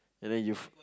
and then you